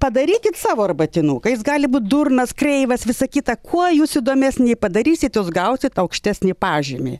padarykit savo arbatinuką jis gali būt durnas kreivas visa kita kuo jūs įdomesnį padarysit jūs gaisit aukštesnį pažymį